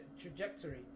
trajectory